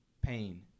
Pain